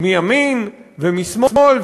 מימין ומשמאל,